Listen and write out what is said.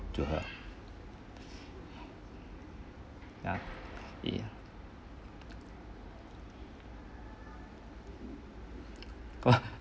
to her ya ya !wah!